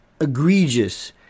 egregious